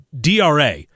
DRA